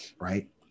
right